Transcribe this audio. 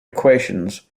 equations